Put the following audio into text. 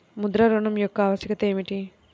ముద్ర ఋణం యొక్క ఆవశ్యకత ఏమిటీ?